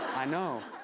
i know.